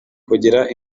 kugira